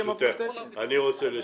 אני רוצה לסכם.